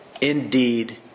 indeed